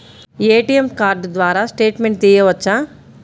ATM card ద్వారా statement తీయవచ్చా?